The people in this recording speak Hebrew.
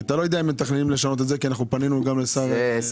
אתה לא יודע אם מתכננים לשנות את זה כי אנחנו פנינו גם לשר השיכון.